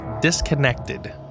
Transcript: disconnected